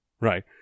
right